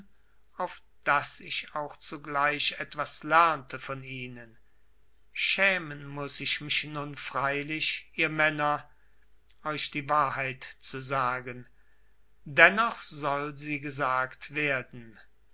auf daß ich auch zugleich etwas lernte von ihnen schämen muß ich mich nun freilich ihr männer euch die wahrheit zu sagen dennoch soll sie gesagt werden